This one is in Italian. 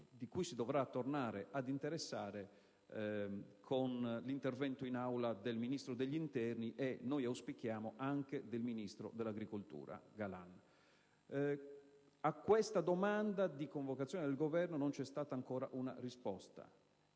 di cui dovrà tornare ad interessarsi con l'intervento in Aula del Ministro dell'interno e, come noi auspichiamo, anche del ministro dell'agricoltura Galan. A questa domanda di convocazione del Governo non c'è stata ancora una risposta.